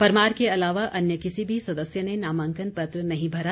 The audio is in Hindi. परमार के अलावा अन्य किसी भी सदस्य ने नामांकन पत्र नहीं भरा